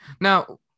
Now